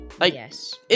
Yes